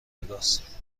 وگاس